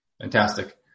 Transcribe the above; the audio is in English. Fantastic